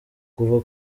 kuva